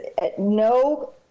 no